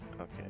Okay